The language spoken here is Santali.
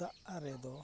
ᱫᱟᱜ ᱨᱮᱫᱚ